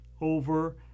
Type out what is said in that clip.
over